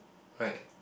right